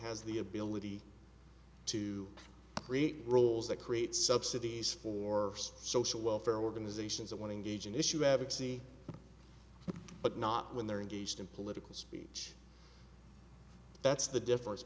the ability to create roles that create subsidies for social welfare organizations that want to engage in issue advocacy but not when they're engaged in political speech that's the difference